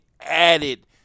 added